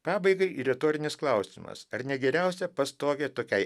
pabaigai ir retorinis klausimas ar ne geriausia pastogė tokiai